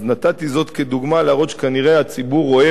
אז נתתי זאת כדוגמה להראות שכנראה הציבור רואה